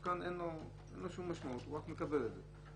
אז כאן אין לו שום משמעות, הוא רק מקבל את זה.